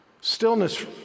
Stillness